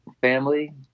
family